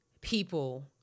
people